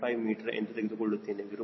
185 metre ಎಂದು ತೆಗೆದುಕೊಳ್ಳುತ್ತೇನೆ 0